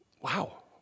Wow